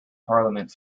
parliament